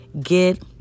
Get